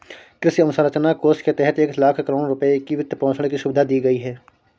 कृषि अवसंरचना कोष के तहत एक लाख करोड़ रुपए की वित्तपोषण की सुविधा दी गई है